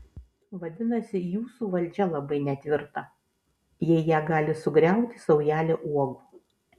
vadinasi jūsų valdžia labai netvirta jei ją gali sugriauti saujelė uogų